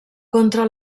contra